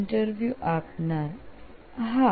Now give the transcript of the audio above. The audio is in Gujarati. ઈન્ટરવ્યુ આપનાર હા